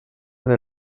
del